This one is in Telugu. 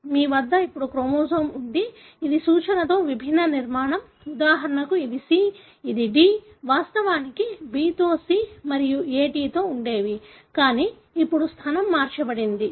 కాబట్టి మీ వద్ద ఇప్పుడు క్రోమోజోమ్ ఉంది ఇది సూచనతో విభిన్న నిర్మాణం ఉదాహరణకు ఇది సి ఇది డి వాస్తవానికి B తో C మరియు A T తో ఉండేవి కానీ ఇప్పుడు స్థానం మార్చబడింది